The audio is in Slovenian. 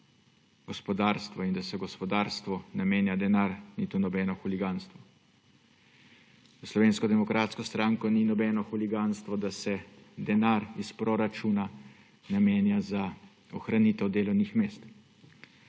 gospodarstvo in da se gospodarstvu namenja denar, ni nobeno huliganstvo. Za Slovensko demokratsko stranko ni nobeno huliganstvo, da se denar iz proračuna namenja za ohranitev delovnih mest.